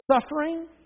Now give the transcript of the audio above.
suffering